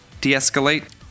de-escalate